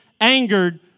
angered